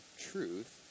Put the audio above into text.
truth